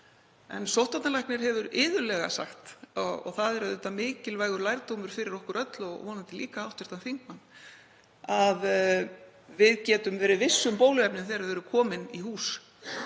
En sóttvarnalæknir hefur iðulega sagt og það er auðvitað mikilvægur lærdómur fyrir okkur öll, og vonandi líka hv. þingmann, að við getum verið viss um bóluefni þegar þau eru komin í hús.